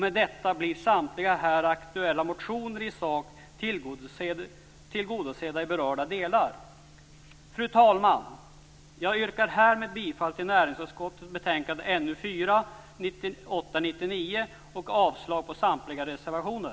Med detta blir samtliga här aktuella motioner i sak tillgodosedda i berörda delar. Fru talman! Härmed yrkar jag bifall till hemställan i näringsutskottets betänkande 1998/99:NU4 och avslag på samtliga reservationer.